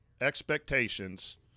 expectations